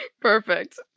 perfect